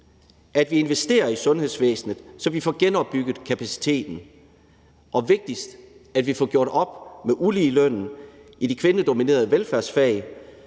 at vi investerer i sundhedsvæsenet, så vi får genopbygget kapaciteten, og vigtigst, at vi får gjort op med uligelønnen i de kvindedominerede velfærdsfag,